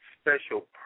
special